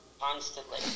constantly